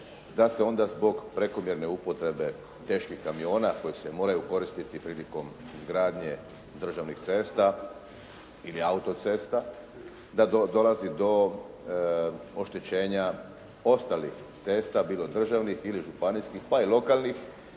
da se onda zbog prekomjerne upotrebe teških kamiona koji se moraju koristiti prilikom izgradnje državnih cesta ili autocesta da dolazi do oštećenja ostalih cesta, bilo državnih ili županijskih, pa i lokalnih